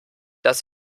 das